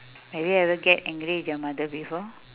have you ever get angry with your mother before